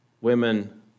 Women